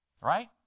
Right